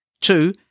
Two